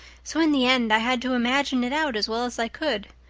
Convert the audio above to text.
so in the end i had to imagine it out as well as i could.